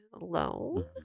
alone